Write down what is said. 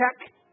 check